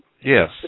Yes